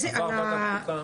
עבר ועדת חוקה.